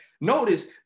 Notice